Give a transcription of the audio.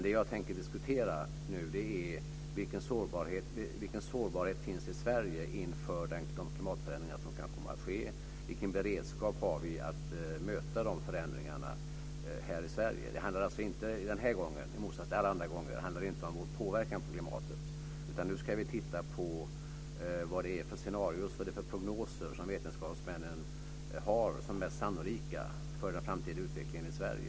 Det jag nu tänker diskutera är vilken sårbarhet som finns i Sverige inför de klimatförändringar som kan komma att ske. Vilken beredskap har vi att möta de förändringarna här i Sverige? Den här gången, i motsats till alla andra gånger, handlar det alltså inte om vår påverkan på klimatet. Nu ska vi titta på vilka scenarier och prognoser som vetenskapsmännen anser vara mest sannolika för den framtida utvecklingen i Sverige.